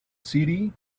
city